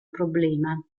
problema